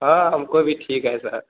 हाँ हमको भी ठीक है सर